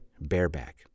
bareback